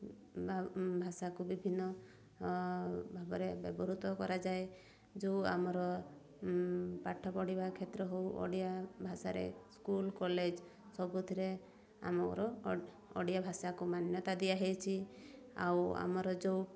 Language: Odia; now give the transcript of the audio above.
ଭାଷାକୁ ବିଭିନ୍ନ ଭାବରେ ବ୍ୟବହୃତ କରାଯାଏ ଯେଉଁ ଆମର ପାଠ ପଢ଼ିବା କ୍ଷେତ୍ର ହଉ ଓଡ଼ିଆ ଭାଷାରେ ସ୍କୁଲ କଲେଜ ସବୁଥିରେ ଆମର ଓଡ଼ିଆ ଭାଷାକୁ ମାନ୍ୟତା ଦିଆହେଇଛି ଆଉ ଆମର ଯେଉଁ